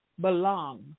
belong